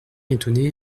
étonné